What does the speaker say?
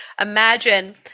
imagine –